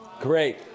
Great